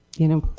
you know,